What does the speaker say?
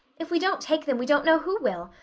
if we don't take them we don't know who will,